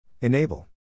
Enable